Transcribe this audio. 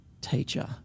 teacher